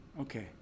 Okay